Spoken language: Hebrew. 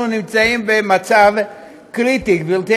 אנחנו נמצאים במצב קריטי, גברתי